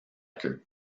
queue